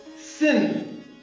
sin